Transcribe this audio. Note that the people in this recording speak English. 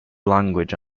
language